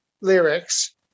lyrics